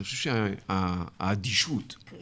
אני חושב שיש אדישות גדולה מאוד